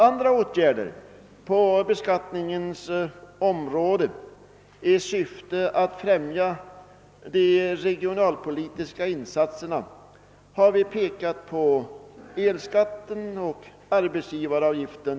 Andra åtgärder på beskattningens område som kan vidtas i syfte att främja de regionalpolitiska insatserna gäller elskatten och arbetsgivaravgiften.